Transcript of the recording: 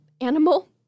Animal